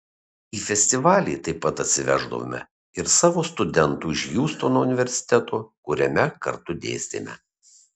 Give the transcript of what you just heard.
į festivalį taip pat atsiveždavome ir savo studentų iš hjustono universiteto kuriame kartu dėstėme